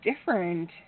different